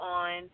on